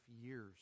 years